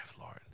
Lord